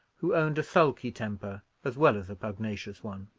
who owned a sulky temper as well as a pugnacious one.